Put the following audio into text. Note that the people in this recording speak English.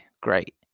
great